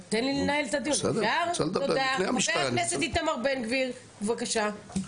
חבר הכנסת איתמר בן גביר, בבקשה.